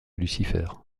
lucifer